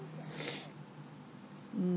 mm